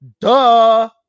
duh